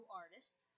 artists